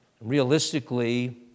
realistically